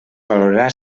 valorarà